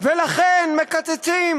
ולכן מקצצים.